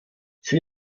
sie